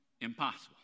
impossible